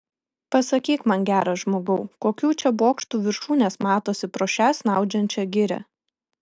pasakyk man geras žmogau kokių čia bokštų viršūnės matosi pro šią snaudžiančią girią